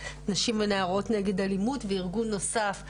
"נשים ונערות נגד אלימות" וארגון נוסף "תהל",